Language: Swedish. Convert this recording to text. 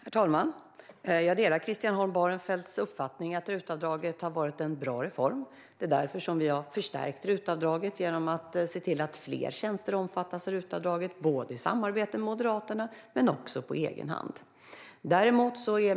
Herr talman! Jag delar Christian Holm Barenfelds uppfattning att RUT-avdraget har varit en bra reform. Det är därför vi har förstärkt RUT-avdraget genom att se till att fler tjänster omfattas av RUT-avdraget. Det har vi gjort både i samarbete med Moderaterna och på egen hand.